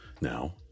now